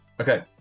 Okay